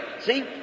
See